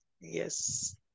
Yes